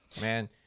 Man